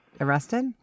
arrested